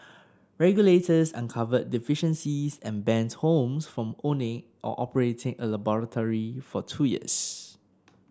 regulators uncovered deficiencies and banned Holmes from owning or operating a laboratory for two years